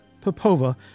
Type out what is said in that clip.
Popova